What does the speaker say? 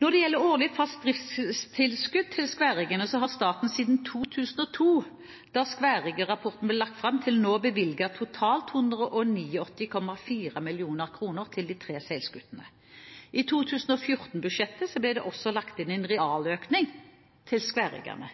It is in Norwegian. Når det gjelder årlig fast driftstilskudd til skværriggerne, har staten siden 2002, da skværriggerrapporten ble lagt fram, til nå bevilget totalt 189,4 mill. kr til de tre seilskutene. I 2014-budsjettet ble det også lagt inn en realøkning til